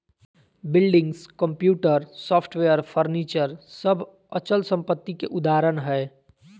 buildings, computer, software, furniture सब अचल संपत्ति के उदाहरण हय